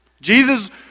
Jesus